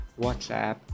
WhatsApp